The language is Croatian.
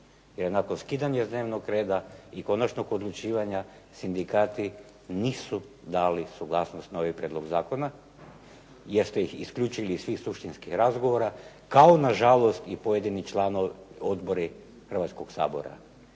je nakon skidanja s dnevnog reda i konačnog odlučivanja sindikati nisu dali suglasnost na ovaj prijedlog zakona jer ste ih isključili iz svih stručnih razgovora kao nažalost i pojedini odbori Hrvatskog sabora.